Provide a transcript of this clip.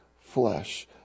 flesh